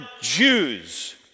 Jews